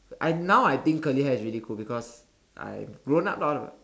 I now I think curly hair is really cool because I'm grown up now